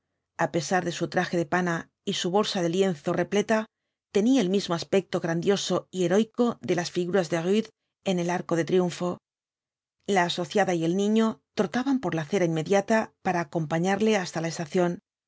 a pesar de su traje de pana y su bolsa de lienzo repleta tenía el mismo aspecto grandioso y heroico de las figuras de rude en el afeo de triunfo la asociada y íl niño trotaban por la acera inmediata para acompañarle hasta la estación